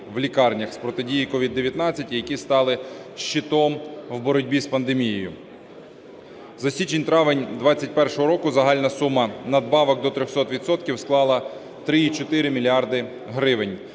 в лікарнях з протидії СOVID-19 і які стало щитом у боротьбі з пандемією. За січень-травень 21-го року загальна сума надбавок до 300 відсотків склала 3,4 мільярда